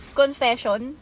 confession